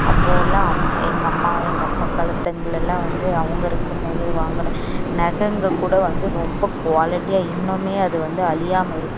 அப்போது உள்ள அம் எங்க அம்மா எங்கள் அப்பா காலத்துங்களெல்லாம் வந்து அவங்க இருக்கும் போது வாங்குன நகங்க கூட வந்து ரொம்ப க்வாலிட்டியாக இன்னுமே அது வந்து அழியாம இருக்கும்